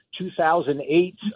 2008